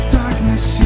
darkness